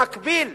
במקביל,